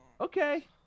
Okay